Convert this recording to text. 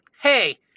hey